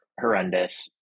horrendous